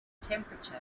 temperature